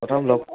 প্ৰথম লগ